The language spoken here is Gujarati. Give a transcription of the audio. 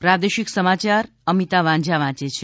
પ્રાદેશિક સમાચાર અમિતા વાંઝા વાંચે છે